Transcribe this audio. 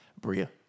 Bria